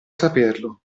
saperlo